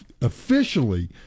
officially